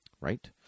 Right